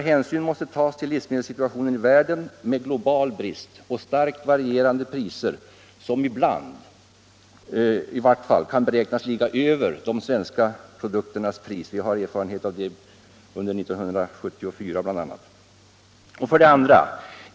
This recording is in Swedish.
Hänsyn måste tas till livsmedelssituationen i världen med global brist och starkt varierande priser, som i varje fall ibland kan beräknas ligga över de svenska produkternas pris; vi har erfarenhet av det bl.a. från 1974. 2.